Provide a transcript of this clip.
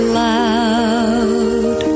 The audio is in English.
loud